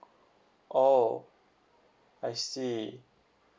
oh I see